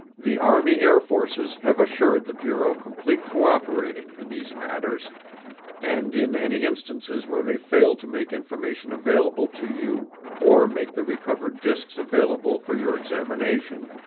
the army air forces have assured the bureau complete cooperating in these matters and in any instances where they fail to make information available to you or make the recovered discs available for your examination,